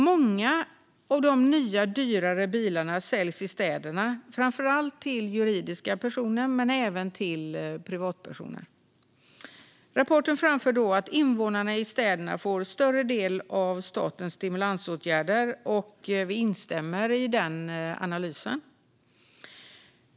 Många av de nya, dyrare bilarna säljs i städerna, framför allt till juridiska personer men även till privatpersoner. Rapporten framför att invånarna i städerna får en större del av statens stimulansåtgärder. Vi instämmer i den analysen.